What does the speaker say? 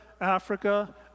Africa